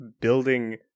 building